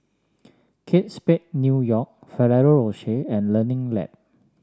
Kate Spade New York Ferrero Rocher and Learning Lab